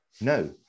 No